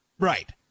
Right